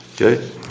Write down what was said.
Okay